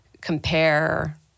compare